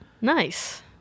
Nice